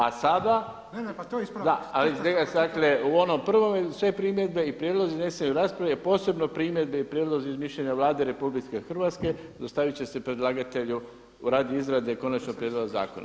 A sada dakle u onom prvom sve primjedbe i prijedlozi izneseni u raspravi, a posebno primjedbi i prijedlozi iz mišljenja Vlade RH dostavit će se predlagatelju radi izrade konačnog prijedloga zakona.